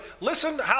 Listen